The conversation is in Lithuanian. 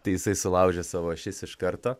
tai jisai sulaužė savo ašis iš karto